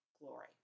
glory